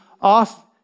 off